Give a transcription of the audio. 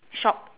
shop